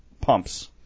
pumps